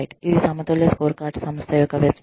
ఇది సమతుల్య స్కోర్కార్డ్ సంస్థ యొక్క వెబ్సైట్